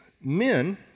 men